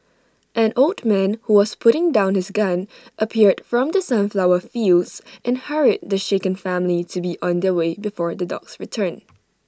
an old man who was putting down his gun appeared from the sunflower fields and hurried the shaken family to be on their way before the dogs return